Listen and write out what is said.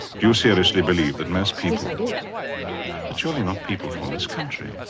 do you seriously believe that most people yes, i do. but surely, not people from this country.